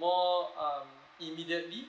more um immediately